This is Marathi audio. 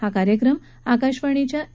हा कार्यक्रम आकाशवाणीच्या म